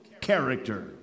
character